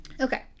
Okay